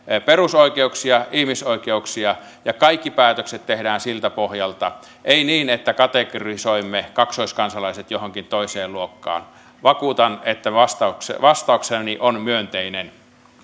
perusoikeuksia ihmisoikeuksia ja kaikki päätökset tehdään siltä pohjalta ei niin että kategorisoimme kaksoiskansalaiset johonkin toiseen luokkaan vakuutan että vastaukseni on myönteinen